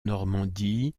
normandie